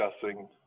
discussing